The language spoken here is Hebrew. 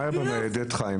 מה היה בניידת, חיים?